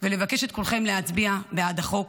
ולבקש מכולכם להצביע בעד החוק